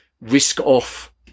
risk-off